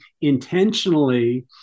intentionally